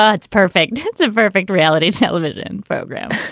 ah it's perfect. it's a perfect reality television program.